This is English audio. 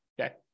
Okay